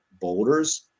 boulders